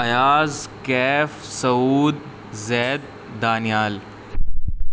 Ayaz Kaif Saud Zaid Daniyal